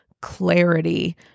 clarity